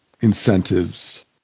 incentives